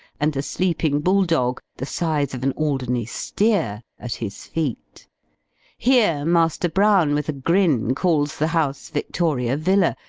and a sleeping bull-dog, the size of an alderney steer, at his feet here master brown, with a grin, calls the house victoria villa,